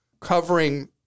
covering